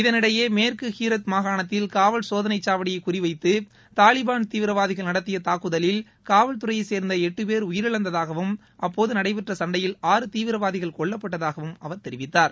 இதனிடையே மேற்கு ஹீரத் மாகாணத்தில் காவல் சோதனைச்சாவடியை குறிவைத்து தாலிபான் தீவிரவாதிகள் நடத்திய தாக்குதலில் காவல்துறையைச் சேர்ந்த எட்டுபேர் உயிரிழந்ததாகவும் அப்போது நடைபெற்ற சண்டையில் ஆறு தீவிரவாதிகள் கொல்லப்பட்டதாகவும் அவர் தெரிவித்தார்